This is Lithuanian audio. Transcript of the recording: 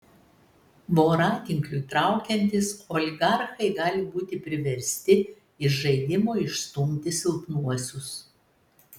voratinkliui traukiantis oligarchai gali būti priversti iš žaidimo išstumti silpnuosius